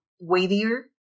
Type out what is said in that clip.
weightier